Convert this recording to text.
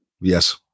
Yes